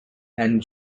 and